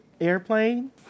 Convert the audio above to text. airplane